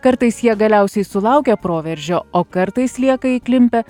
kartais jie galiausiai sulaukia proveržio o kartais lieka įklimpę